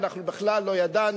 אנחנו בכלל לא ידענו,